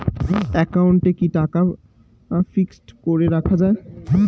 একাউন্টে কি টাকা ফিক্সড করে রাখা যায়?